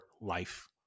life